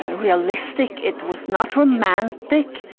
ah realistic, it was not romantic,